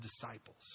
disciples